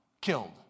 killed